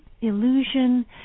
illusion